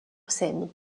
seine